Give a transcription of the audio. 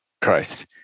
Christ